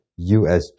USG